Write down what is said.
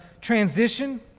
transition